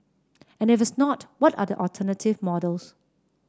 and if it's not what are the alternative models